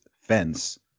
fence